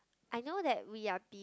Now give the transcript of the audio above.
I know that we are